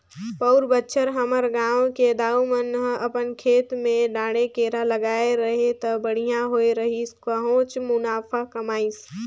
पउर बच्छर हमर गांव के दाऊ मन ह अपन खेत म डांड़े केरा लगाय रहिस त बड़िहा होय रहिस काहेच मुनाफा कमाइस